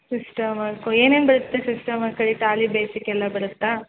system work ಏನೇನು ಬರುತ್ತೆ system ವರ್ಕಲ್ಲಿ ಟ್ಯಾಲಿ ಬೇಸಿಕ್ಕೆಲ್ಲ ಬರುತ್ತಾ